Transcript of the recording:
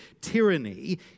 tyranny